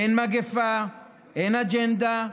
אין מגפה, אין אג'נדה,